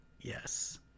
yes